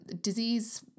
disease